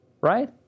Right